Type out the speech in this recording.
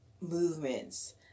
movements